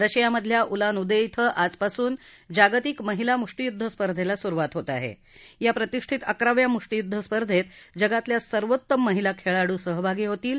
रशियामधल्या Ulan उदविथं आजपासून जागतिक महिला मुष्टीयुद्ध स्पर्धेला सुरुवात होत आहा मा प्रतिष्ठीत अकराव्या मुष्टीयुद्ध स्पर्धेत जगातल्या सर्वोत्तम महिला खळिडू सहभागी होतील